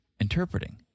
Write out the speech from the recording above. interpreting